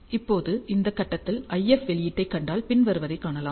இப்போது இந்த கட்டத்தில் IF வெளியீட்டைக் கண்டால் பின்வருவதைக் காணலாம்